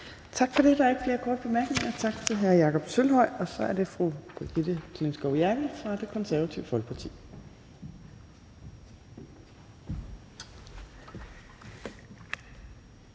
Tak for det. Der er ikke flere korte bemærkninger, så tak til hr. Jakob Sølvhøj. Så er det fru Brigitte Klintskov Jerkel fra Det Konservative Folkeparti.